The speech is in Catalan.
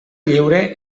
lliure